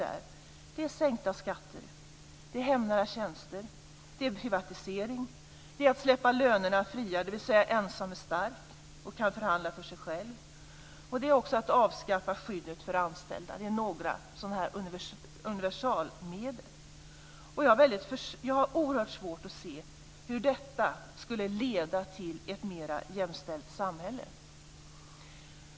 Det är sänkta skatter, hemnära tjänster och en privatisering. Man ska släppa lönerna fria, dvs. ensam är stark och kan förhandla för sig själv. Det handlar också om att avskaffa skyddet för anställda. Detta är några sådana här universalmedel. Jag har oerhört svårt att se hur det här skulle leda till ett mera jämställt samhälle.